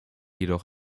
jedoch